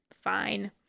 fine